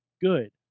good